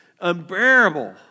unbearable